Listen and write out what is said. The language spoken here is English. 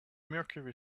mercury